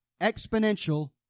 exponential